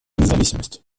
независимость